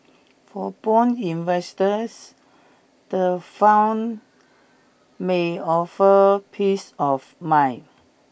for bond investors the fund may offer peace of mind